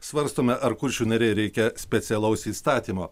svarstome ar kuršių nerijai reikia specialaus įstatymo